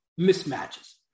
mismatches